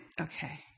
okay